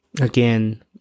again